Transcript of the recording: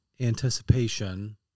anticipation